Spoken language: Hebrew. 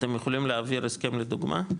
אתם יכולים להעביר הסכם לדוגמא?